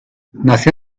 nació